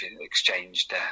exchanged